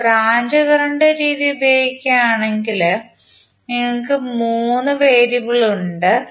ഇവിടെ branch current രീതി ഉപയോഗിക്കുകയാണെങ്കിൽ നിങ്ങൾക്ക് 3 വേരിയബിളുകൾ ഉണ്ട്